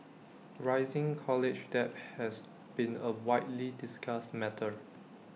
rising college debt has been A widely discussed matter